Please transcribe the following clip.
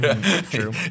True